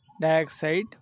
dioxide